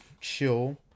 chill